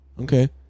Okay